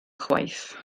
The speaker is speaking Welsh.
chwaith